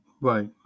right